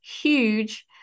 huge